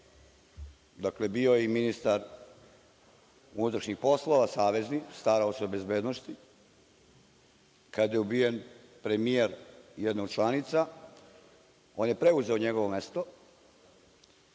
Dakle, bio je i ministar unutrašnjih poslova savezni, starao se o bezbednosti. Kada je ubijen premijer jedne od članica, on je preuzeo njegovo mesto,